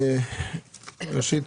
ראשית,